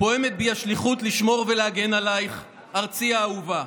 פועמת בי השליחות לשמור ולהגן עלייך, ארצי האהובה.